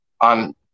on